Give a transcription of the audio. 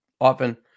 often